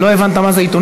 לא הבנת מה זה עיתונים?